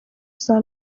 saa